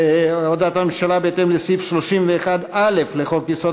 הודעת הממשלה בהתאם לסעיף 31(א) לחוק-יסוד: